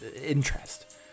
interest